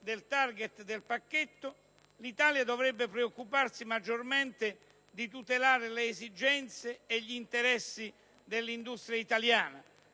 del *target* del pacchetto, l'Italia dovrebbe preoccuparsi maggiormente di tutelare le esigenze e gli interessi dell'industria italiana,